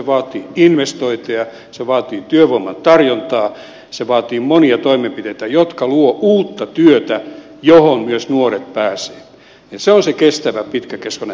se vaatii investointeja se vaatii työvoiman tarjontaa se vaatii monia toimenpiteitä jotka luovat uutta työtä johon myös nuoret pääsevät ja se on se kestävä pitkäkestoinen tapa